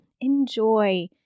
Enjoy